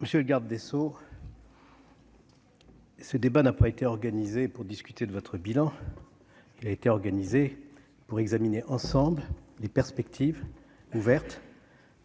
Monsieur le garde des Sceaux. Ce débat n'a pas été organisée pour discuter de votre bilan, il a été organisée pour examiner ensemble les perspectives ouvertes